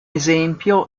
esempio